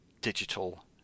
digital